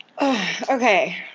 Okay